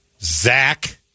Zach